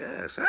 yes